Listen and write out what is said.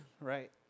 right